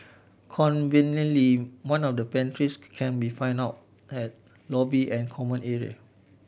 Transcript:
conveniently one of the pantries can be found out at lobby and common area